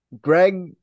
Greg